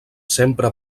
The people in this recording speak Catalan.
sempre